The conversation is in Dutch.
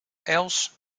els